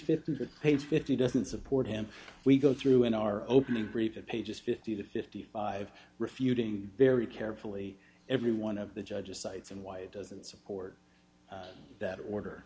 good page fifty doesn't support him we go through in our opening brief pages fifty to fifty five refuting very carefully every one of the judge's cites and why it doesn't support that order